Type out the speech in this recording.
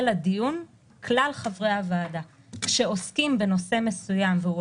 אני קוראת אותו שוב: "(ב) חבר הוועדה כאמור בסעיף קטן (א)(1)